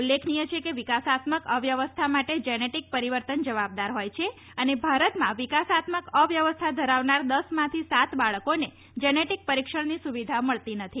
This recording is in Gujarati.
ઉલ્લેખનીય છે કે વિકાસાત્મક અવ્યવસ્થા માટે જેનેટીક પરિવર્તન જવાબદાર હોય છે અને ભારતમાં વિકાસાત્મક અવ્યવસ્થા ધરાવનાર દશમાંથી સાત બાળકોને જેનેટીક પરિક્ષણની સુવિધા મળતી નથી